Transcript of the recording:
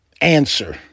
answer